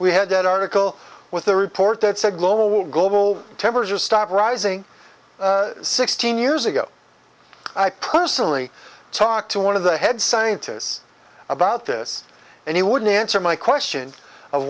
we had that article with a report that said global global temperature stop rising sixteen years ago i personally talked to one of the head scientists about this and he wouldn't answer my question of